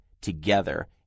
together